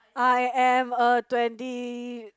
I am a twenty